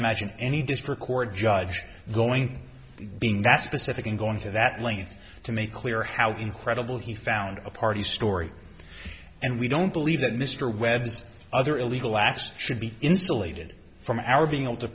imagine any district court judge going being that specific in going to that length to make clear how incredible he found a party story and we don't believe that mr webb's other illegal acts should be insulated from our being able to